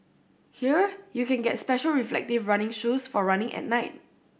here you can get special reflective running shoes for running at night